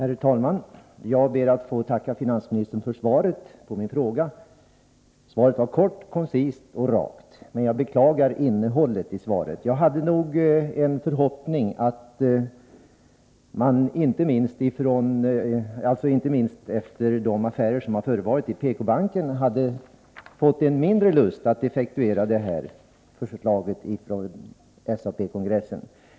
Herr talman! Jag ber att få tacka finansministern för svaret på min fråga. Svaret var kort och koncist, men jag beklagar innehållet i det. Jag hade nog en förhoppning att regeringen inte minst efter de affärer som har förevarit i PK-banken, hade fått mindre lust att realisera förslaget från SAP kongressen.